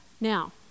Now